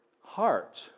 heart